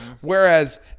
whereas